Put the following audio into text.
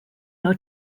are